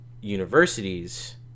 universities